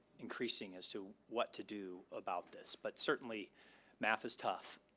increasing as to what to do about this, but certainly math is tough.